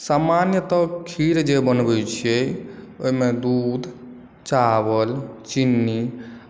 सामान्यतः खीर जे बनबै छियै ओहि मे दुध चावल चीनी